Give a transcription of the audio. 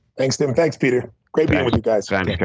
thanks, tim. thanks, peter. great being with you guys. thanks,